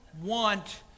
want